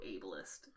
ableist